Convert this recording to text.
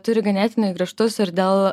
turi ganėtinai griežtus ir dėl